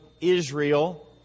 Israel